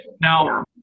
Now